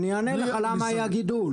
אני אענה לך כמה היה גידול.